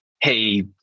Hey